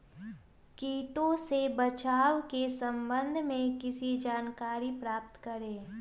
किटो से बचाव के सम्वन्ध में किसी जानकारी प्राप्त करें?